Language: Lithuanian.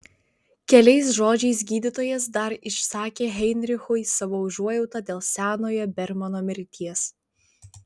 keliais žodžiais gydytojas dar išsakė heinrichui savo užuojautą dėl senojo bermano mirties